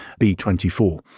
B24